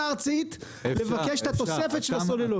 הארצית כדי לבקש את התוספת של הסוללות.